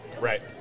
Right